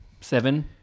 Seven